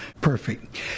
perfect